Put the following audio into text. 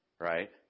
right